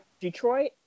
Detroit